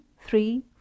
three